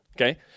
Okay